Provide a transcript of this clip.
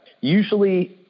usually